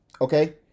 okay